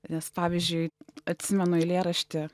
nes pavyzdžiui atsimenu eilėrašty